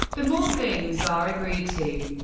the more things are agreed to,